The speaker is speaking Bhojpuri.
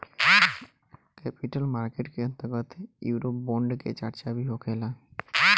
कैपिटल मार्केट के अंतर्गत यूरोबोंड के चार्चा भी होखेला